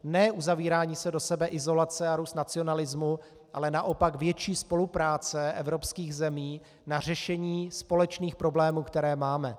Ne uzavírání se do sebe, izolace a růst nacionalismu, ale naopak větší spolupráce evropských zemí na řešení společných problémů, které máme.